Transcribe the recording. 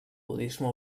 budisme